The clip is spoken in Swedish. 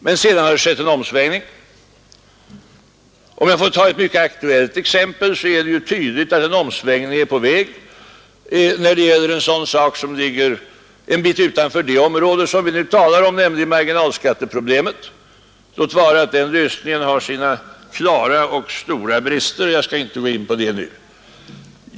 Men sedan har det skett en omsvängning. Om jag får ta ett mycket aktuellt exempel är det tydligt att en omsvängning är på gång när det gäller en sak som ligger en bit utanför det område som vi nu talar om, nämligen marginalskatteproblemet. Låt vara att den lösningen har sina klara och stora brister, men jag skall inte gå in på den saken nu.